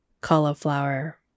cauliflower